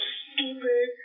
stupid